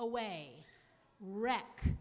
away wreck